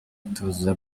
itubuza